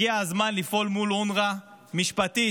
הגיע הזמן לפעול מול אונר"א משפטית,